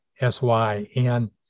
S-Y-N